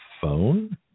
phone